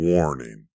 Warning